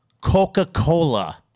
Coca-Cola